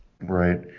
Right